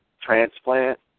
transplant